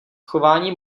chování